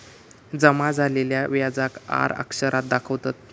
जमा झालेल्या व्याजाक आर अक्षरात दाखवतत